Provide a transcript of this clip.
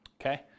Okay